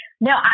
No